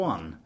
One